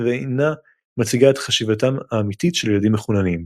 ואינה מציגה את חשיבתם האמיתית של ילדים מחוננים.